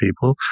people